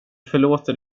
förlåter